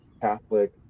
Catholic